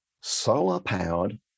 solar-powered